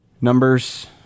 Numbers